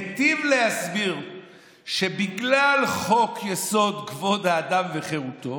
הוא היטיב להסביר שבגלל חוק-יסוד: כבוד האדם וחירותו,